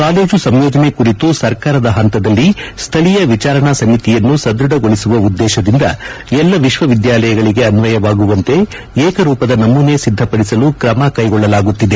college ಸಂಯೋಜನೆ ಕುರಿತು ಸರ್ಕಾರದ ಪಂತದಲ್ಲಿ ಸ್ವಳೀಯ ವಿಚಾರಣಾ ಸಮಿತಿಯನ್ನು ಸಧ್ಯಡಗೊಳಿಸುವ ಉದ್ದೇಶದಿಂದ ಎಲ್ಲ ವಿಶ್ವವಿದ್ನಾಲಯಗಳಿಗೆ ಅನ್ವಯವಾಗುವಂತೆ ಏಕರೂಪದ ನಮೂನೆ ಸಿದ್ದಪಡಿಸಲು ಕ್ರಮ ಕೈಗೊಳ್ಳಲಾಗುತ್ತಿದೆ